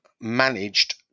managed